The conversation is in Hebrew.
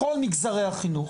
בכל מגזרי החינוך.